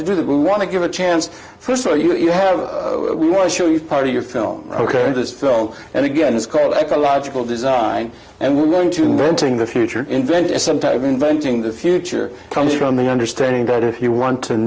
to do that we want to give a chance st of all you have we want to show you part of your film ok and this film and again it's called ecological design and we're going to inventing the future invent some type of inventing the future comes from the understanding that if you want to